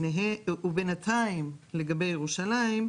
ובינתיים לגבי ירושלים,